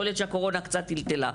יכול להיות שהקורונה קצת טלטלה,